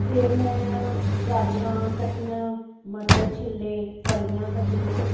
ਫਿਰ ਮੈਂ ਗਾਜਰਾਂ ਕੱਟੀਆਂ ਮਟਰ ਛਿੱਲੇ ਫਲੀਆਂ ਕੱਟੀਆਂ